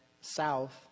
south